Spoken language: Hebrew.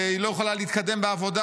והיא לא יכולה להתקדם בעבודה.